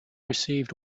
received